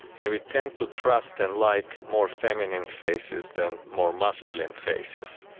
and we tend to trust and like more feminine faces than more masculine faces.